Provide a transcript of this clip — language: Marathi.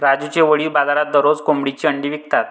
राजूचे वडील बाजारात दररोज कोंबडीची अंडी विकतात